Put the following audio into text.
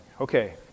Okay